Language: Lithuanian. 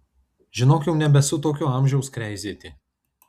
žinok jau nebesu tokio amžiaus kreizėti